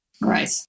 right